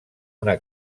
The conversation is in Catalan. una